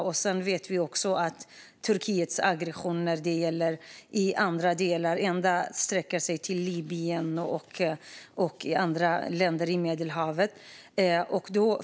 Vi vet också att Turkiets aggression sträcker sig ända till Libyen och andra länder vid Medelhavet.